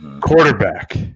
quarterback